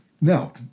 now